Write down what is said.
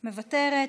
מוותרת.